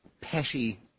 petty